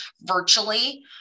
virtually